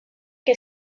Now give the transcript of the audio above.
que